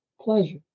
pleasure